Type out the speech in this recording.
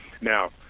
Now